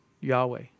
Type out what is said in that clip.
Yahweh